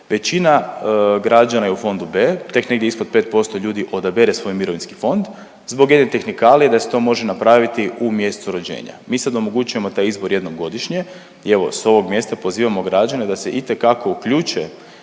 Većina građana je u fondu B, tek negdje ispod 5% ljudi odabere svoj mirovinski fond zbog jedne tehnikalije da se to može napraviti u mjestu rođenja. Mi sad omogućujemo taj izbor jednom godišnje i evo s ovog mjesta pozivamo građane da se itekako uključe